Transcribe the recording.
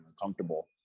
uncomfortable